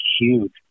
huge